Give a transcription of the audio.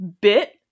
bit